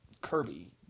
Kirby